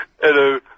Hello